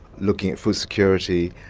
looking at food security,